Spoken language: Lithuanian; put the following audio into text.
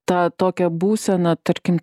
tą tokią būseną tarkim